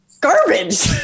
garbage